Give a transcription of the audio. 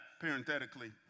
parenthetically